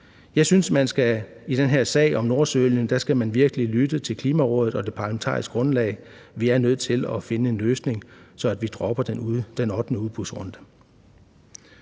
Jeg synes, at man i den her sag om nordsøolien virkelig skal lytte til Klimarådet og det parlamentariske grundlag. Vi er nødt til at finde en løsning, så vi dropper den ottende udbudsrunde.